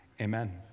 Amen